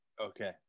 Okay